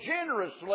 generously